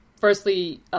Firstly